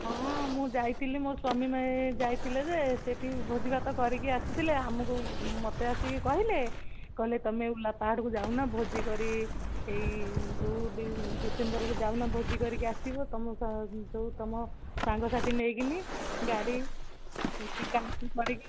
ହଁ ମୁଁ ଯାଇଥିଲି ମୋ ସ୍ୱାମୀ ଯାଇଥିଲେ ଯେ ସେଠି ଭୋଜିଭାତ କରିକି ଆସିଥିଲେ ଆମକୁ ମୋତେ ଆସିକି କହିଲେ କହିଲେ ତୁମେ ଉଲା ପାହାଡ଼କୁ ଯାଉନା ଭୋଜି କରି ଏଇ ଯୋଉ ଡିସେମ୍ବରକୁ ଯାଉନା ଭୋଜି କରିକି ଆସିବ ତୁମ ଯୋଉ ତୁମ ସାଙ୍ଗସାଥି ନେଇକିନି ଗାଡ଼ି କରି କରିକି